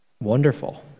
wonderful